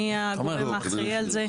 מי גורם האחראי על זה.